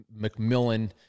McMillan